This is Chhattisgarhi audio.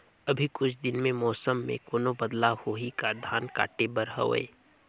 अभी कुछ दिन मे मौसम मे कोनो बदलाव होही का? धान काटे बर हवय?